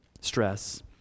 stress